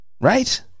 right